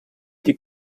die